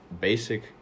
basic